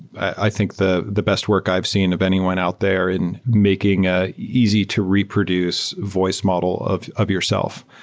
i think the the best work i've seen of anyone out there in making ah easy to reproduce voice model of of yourself.